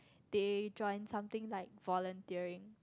they join something like volunteering